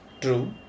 true